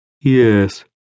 Yes